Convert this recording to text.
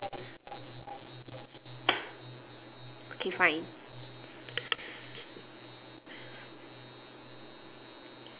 okay fine